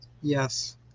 Yes